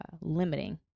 limiting